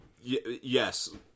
yes